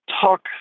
talk